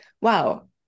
wow